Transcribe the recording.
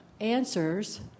answers